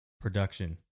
production